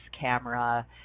camera